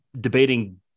debating